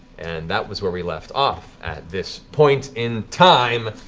and that was where we left off at this point in time,